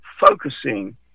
focusing